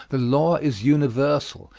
the law is universal.